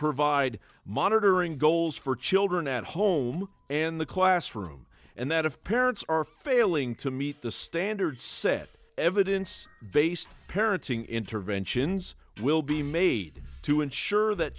provide monitoring goals for children at home and the classroom and that if parents are failing to meet the standards set evidence based parenting interventions will be made to ensure that